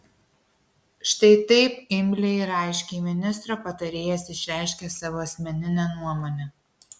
štai taip imliai ir aiškiai ministro patarėjas išreiškia savo asmeninę nuomonę